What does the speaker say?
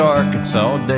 Arkansas